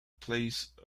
placed